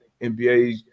nba